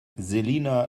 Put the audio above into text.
selina